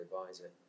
advisor